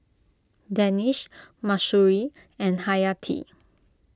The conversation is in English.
Danish Mahsuri and Hayati